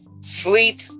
sleep